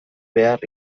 behar